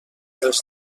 dels